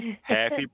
Happy